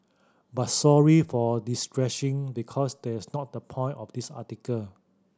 but sorry for distressing because that's not the point of this article